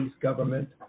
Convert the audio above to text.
government